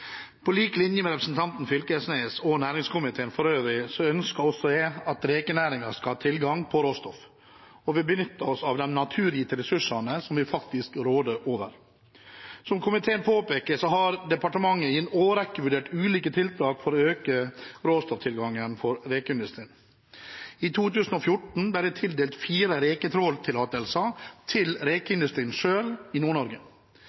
På lik linje med representanten Knag Fylkesnes og næringskomiteen for øvrig ønsker jeg at rekenæringen skal ha tilgang på råstoff, og at vi benytter oss av de naturgitte ressursene som vi faktisk råder over. Som komiteen påpeker, har departementet i en årrekke vurdert ulike tiltak for å øke råstofftilgangen for rekeindustrien. I 2014 ble det tildelt fire reketråltillatelser til rekeindustrien i